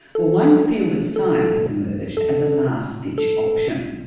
well one field of science has emerged as a last ditch option.